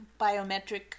biometric